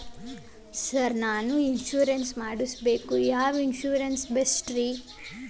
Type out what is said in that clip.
Sir ನಾನು insurance ಮಾಡಿಸಬೇಕು ಯಾವ ಇನ್ಶೂರೆನ್ಸ್ ಬೆಸ್ಟ್ರಿ?